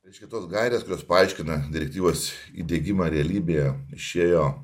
reiškia tos gairės kurios paaiškina direktyvos įdiegimą realybėje išėjo